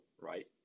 right